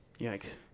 Yikes